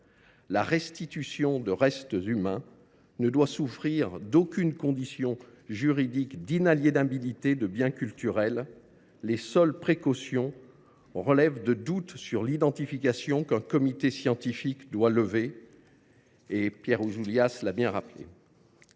La restitution de restes humains ne doit souffrir aucune condition juridique d’inaliénabilité de biens culturels. Les seules précautions relèvent de doutes sur l’identification, qu’un comité scientifique doit lever,